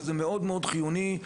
וזה מאוד-מאוד חיוני,